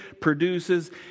produces